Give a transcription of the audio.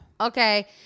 Okay